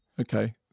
Okay